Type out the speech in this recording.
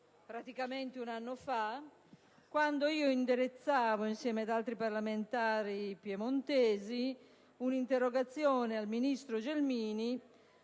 praticamente un anno fa - quando indirizzavo, insieme ad altri parlamentari piemontesi, un'interrogazione al ministro Gelmini